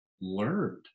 learned